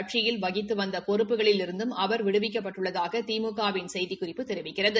கட்சியில் வகித்து வந்த பொறுப்புகளிலிருந்தும் அவர் விடுவிக்கப்பட்டுள்ளதாக திமுக வின் செய்திக்குறிப்பு தெரிவிக்கிறது